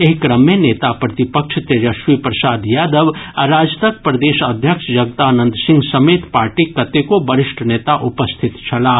एहि क्रम मे नेता प्रतिपक्ष तेजस्वी प्रसाद यादव आ राजदक प्रदेश अध्यक्ष जगदानंद सिंह समेत पार्टीक कतेको वरिष्ठ नेता उपस्थित छलाह